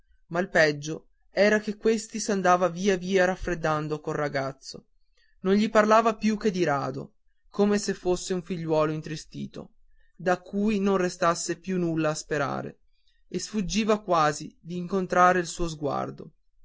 ma il peggio era che questi s'andava via via raffreddando col ragazzo non gli parlava più che di rado come se fosse un figliuolo intristito da cui non restasse più nulla a sperare e sfuggiva quasi d'incontrare il suo sguardo